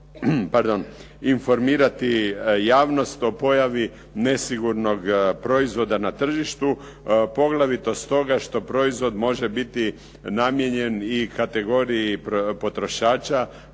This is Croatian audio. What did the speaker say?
pardon informirati javnost o pojavi nesigurnog proizvoda na tržištu poglavito stoga što proizvod može biti namijenjen i kategoriji potrošača